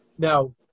Now